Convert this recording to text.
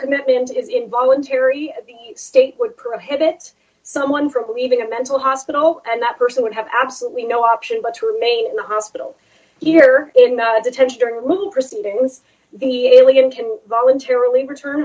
commitment is involuntary the state would prohibit someone from leaving a mental hospital and that person would have absolutely no option but to remain in the hospital here in that a detention hearing a little proceedings the alien can voluntarily return